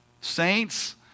saints